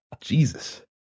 Jesus